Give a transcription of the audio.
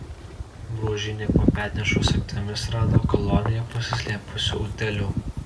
bruožienė po petnešų sagtimis rado koloniją pasislėpusių utėlių